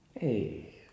Hey